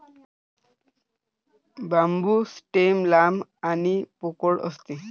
बांबू stem लांब आणि पोकळ असते